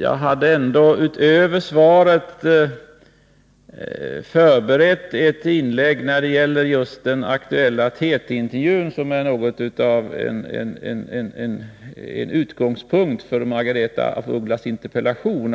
jag har utöver svaret förberett ett inlägg som gäller just den aktuella TT-intervjun, vilken är något av en utgångspunkt för Margaretha af Ugglas interpellation.